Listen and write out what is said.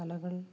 കലകൾ